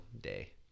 day